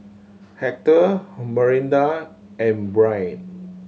Hector Marinda and Brianne